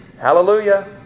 Hallelujah